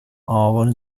var